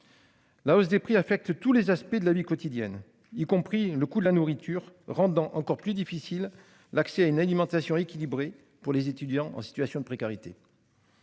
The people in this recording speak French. La hausse des prix affectent tous les aspects de la vie quotidienne, y compris le coût de la nourriture, rendant encore plus difficile l'accès à une alimentation équilibrée pour les étudiants en situation de précarité.